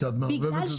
כי אני מערבבת במכולה.